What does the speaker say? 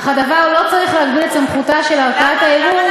אך הדבר לא צריך להגביל את סמכותה של ערכאת הערעור,